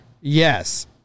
Yes